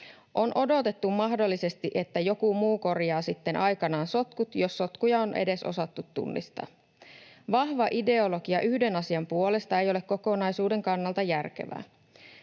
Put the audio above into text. On odotettu mahdollisesti, että joku muu korjaa sitten aikanaan sotkut, jos sotkuja on edes osattu tunnistaa. Vahva ideologia yhden asian puolesta ei ole kokonaisuuden kannalta järkevää.